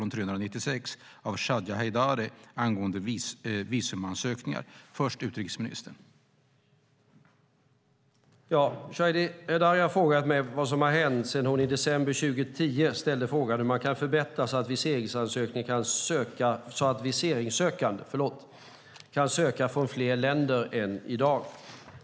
Herr talman! Shadiye Heydari har frågat mig vad som har hänt sedan hon i december 2010 ställde frågan hur man kan förbättra så att viseringssökande kan söka från fler länder än i dag.